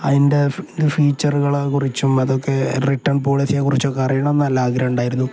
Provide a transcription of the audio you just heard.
അതിൻ്റെ ഇത് ഫീച്ചറുകളെക്കുറിച്ചും അതൊക്കെ റിട്ടേൺ പോളിസിയെക്കുറിച്ചുമൊക്കെ അറിയണമെന്ന് നല്ല ആഗ്രഹമുണ്ടായിരുന്നു